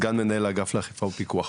סגן מנהל אגף לאכיפה ופיקוח,